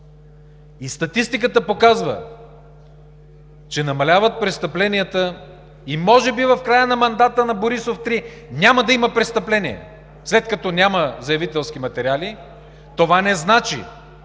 и статистиката показва, че намаляват престъпленията и може би в края на мандата на Борисов 3 няма да има престъпления, след като няма заявителски материали, това не значи,